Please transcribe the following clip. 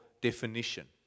definition